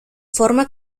forma